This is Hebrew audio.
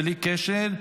בלי קשר,